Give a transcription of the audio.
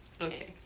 okay